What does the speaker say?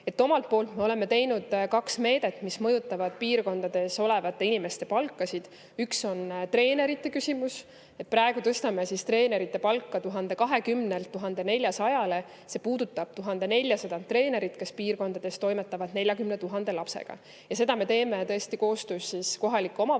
kasvaksid. Oleme teinud kaks meedet, mis mõjutavad piirkondades olevate inimeste palkasid. Üks on treenerite küsimus. Praegu tõstame treenerite palka 1020 [eurolt] 1400 [eurole]. See puudutab 1400 treenerit, kes piirkondades toimetavad 40 000 lapsega. Ja seda me teeme koostöös kohaliku omavalitsuse